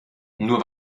nur